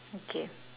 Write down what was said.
okay